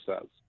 says